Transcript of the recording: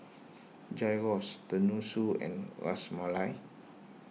Gyros Tenmusu and Ras Malai